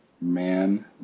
man